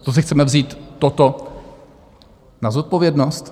To si chceme vzít toto na zodpovědnost?